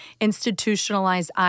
institutionalized